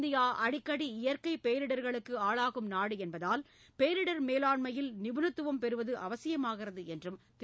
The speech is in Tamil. இந்தியா அடிக்கடி இயற்கைப் பேரிடர்களுக்கு ஆளாகும் நாடு என்பதால் பேரிடர் மேலாண்மையில் நிபுணத்துவம் பெறுவது அவசியமாகிறது என்றும் திரு